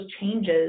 changes